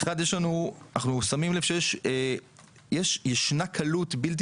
דבר אחד אנחנו שמים לב שיש קלות בלתי